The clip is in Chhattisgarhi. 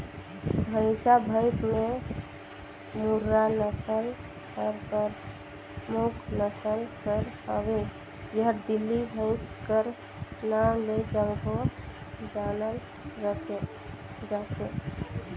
भंइसा भंइस में मुर्रा नसल हर परमुख नसल कर हवे जेहर दिल्ली भंइस कर नांव ले घलो जानल जाथे